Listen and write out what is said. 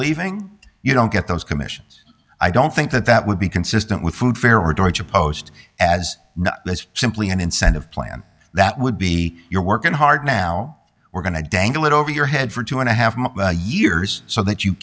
leaving you don't get those commissions i don't think that that would be consistent with food fair or georgia post as simply an incentive plan that would be you're working hard now we're going to dangle it over your head for two and a half years so that you